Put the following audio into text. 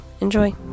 Enjoy